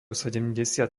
sedemdesiat